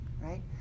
right